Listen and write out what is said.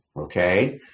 Okay